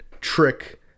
trick